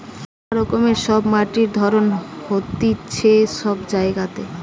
মেলা রকমের সব মাটির ধরণ হতিছে সব জায়গাতে